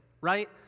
right